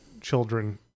children